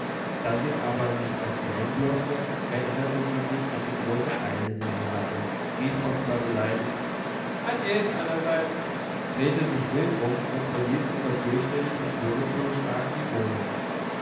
da sie aber nicht erzählen durfte erinnerte sie sich an die große eile die sie hatte rief offenbar beleidigt adjes allseits drehte sich wild um und verließ unter fürchterlichem türezuschlagen die wohnung